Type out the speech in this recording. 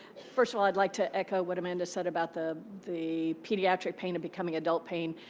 first of all, i'd like to echo what amanda said about the the pediatric pain and becoming adult pain.